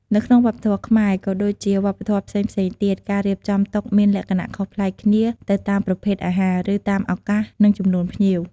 នៅក្នុងវប្បធម៌ខ្មែរ ក៏ដូចជាវប្បធម៌ផ្សេងៗទៀត ការរៀបចំតុមានលក្ខណៈខុសប្លែកគ្នាទៅតាមប្រភេទអាហារ ឬតាមឱកាស និងចំនួនភ្ញៀវ។